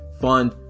fund